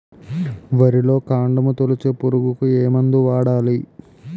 వరిలో కాండము తొలిచే పురుగుకు ఏ మందు వాడాలి?